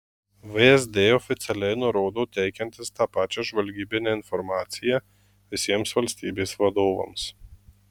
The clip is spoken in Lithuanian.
vsd oficialiai nurodo teikiantis tą pačią žvalgybinę informaciją visiems valstybės vadovams